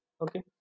Okay